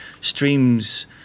streams